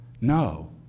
No